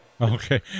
Okay